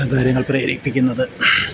ഇത്തരം കാര്യങ്ങൾ പ്രേരിപ്പിക്കുന്നത്